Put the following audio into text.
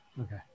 Okay